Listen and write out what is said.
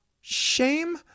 shame